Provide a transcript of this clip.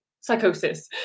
psychosis